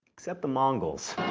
except the mongols.